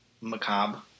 macabre